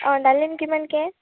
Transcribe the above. অঁ ডালিম কিমানকৈ